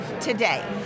today